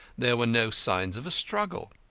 there were no signs of a struggle.